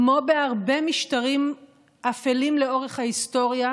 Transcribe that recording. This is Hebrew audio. כמו בהרבה משטרים אפלים לאורך ההיסטוריה,